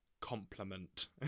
compliment